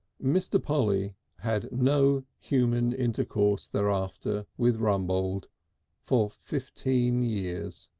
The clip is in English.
mr. polly had no human intercourse thereafter with rumbold for fifteen years.